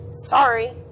sorry